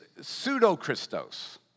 pseudo-Christos